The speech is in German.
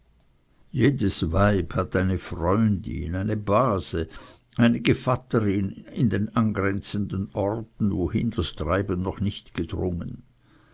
jedes weib hat eine freundin eine base eine gevatterin an den angrenzenden orten wohin das treiben noch nicht gedrungen